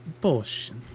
Bullshit